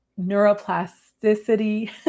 neuroplasticity